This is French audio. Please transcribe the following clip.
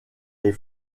les